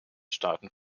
staaten